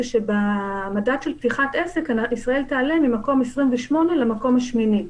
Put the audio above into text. המשמעות היא שבמדד של פתיחת עסק ישראל תעלה ממקום 28 למקום השמיני.